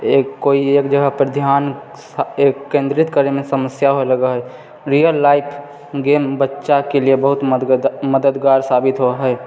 एक कोइ एक जगह पर ध्यान केंद्रित करयमे समस्या होय लगैत हइ रियल लाइफ गेम बच्चाके लिए बहुत मदद मददगार साबित हो हइ